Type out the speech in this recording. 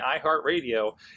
iHeartRadio